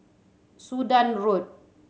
Sudan Road